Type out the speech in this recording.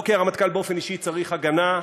לא כי הרמטכ"ל באופן אישי צריך הגנה,